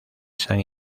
san